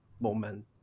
moment